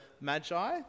Magi